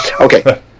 okay